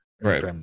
right